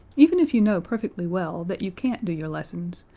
even if you know perfectly well that you can't do your lessons,